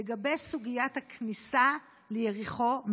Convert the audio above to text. לגבי סוגיית הכניסה ליריחו,